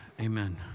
Amen